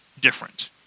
different